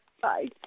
bye